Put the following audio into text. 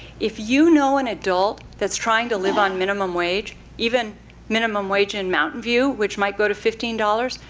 if you know an adult that's trying to live on minimum wage, even minimum wage in mountain view, which might go to fifteen dollars,